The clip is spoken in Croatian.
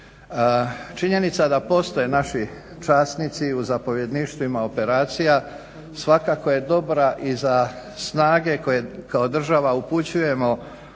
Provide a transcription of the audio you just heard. Činjenica da postoje naši časnici u zapovjedništvima operacija svakako je dobra i za snage koje kao država upućujemo